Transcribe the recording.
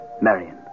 Marion